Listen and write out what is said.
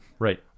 Right